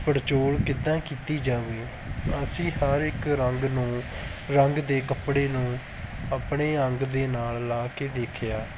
ਪੜਚੋਲ ਕਿੱਦਾਂ ਕੀਤੀ ਜਾਵੇ ਅਸੀਂ ਹਰ ਇੱਕ ਰੰਗ ਨੂੰ ਰੰਗ ਦੇ ਕੱਪੜੇ ਨੂੰ ਆਪਣੇ ਅੰਗ ਦੇ ਨਾਲ ਲਗਾ ਕੇ ਦੇਖਿਆ